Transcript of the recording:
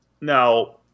Now